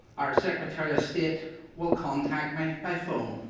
our secretary of state will contact me by phone.